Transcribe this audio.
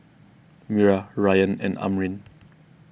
Wira Ryan and Amrin